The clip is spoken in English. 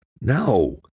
No